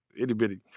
itty-bitty